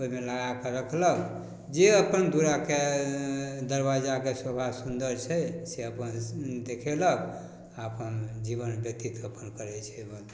ओहिमे लगाकऽ रखलक जे अपन दुअराके दरवाजाके शोभा सुन्दर छै से अपन देखेलक आओर अपन जीवन व्यतीत अपन करै छै बाद बाँकी